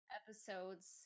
episodes